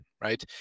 right